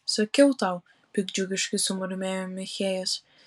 sakiau tau piktdžiugiškai sumurmėjo michėjas